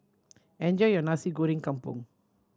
enjoy your Nasi Goreng Kampung